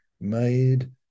made